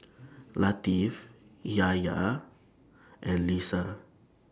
Latif Yahaya and Lisa